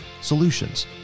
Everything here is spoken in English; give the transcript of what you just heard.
solutions